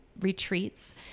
retreats